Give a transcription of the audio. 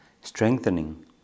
strengthening